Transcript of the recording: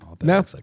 No